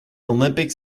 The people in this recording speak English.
olympic